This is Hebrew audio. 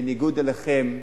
בניגוד לכם,